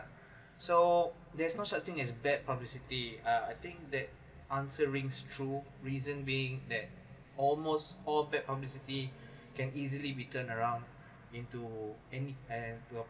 so there's no such thing as bad publicity uh I think that answer rings true reason being that almost all bad publicity can easily be turned around into any and into uh